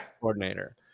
coordinator